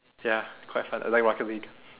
ya quite fun like rocket league